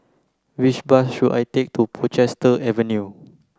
which bus should I take to Portchester Avenue